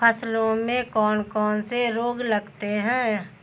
फसलों में कौन कौन से रोग लगते हैं?